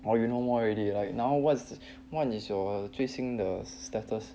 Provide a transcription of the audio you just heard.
or you no more already right now what's the what is your 最新的 status